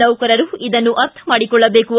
ನೌಕರರು ಇದನ್ನು ಅರ್ಥ ಮಾಡಿಕೊಳ್ಳಬೇಕು